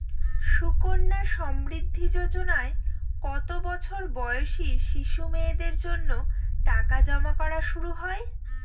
সুকন্যা সমৃদ্ধি যোজনায় কত বছর বয়সী শিশু মেয়েদের জন্য টাকা জমা করা শুরু হয়?